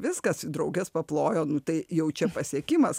viskas drauges paplojo nu tai jau čia pasiekimas